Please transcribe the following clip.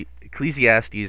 Ecclesiastes